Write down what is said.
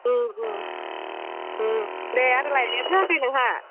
दे आरोलाय नेट होआखै नोंहा